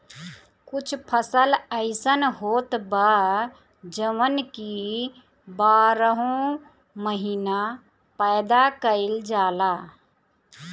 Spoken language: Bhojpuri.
कुछ फसल अइसन होत बा जवन की बारहो महिना पैदा कईल जाला